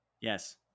Yes